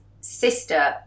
sister